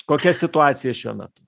kokia situacija šiuo metu